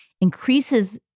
increases